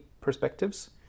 perspectives